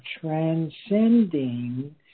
transcending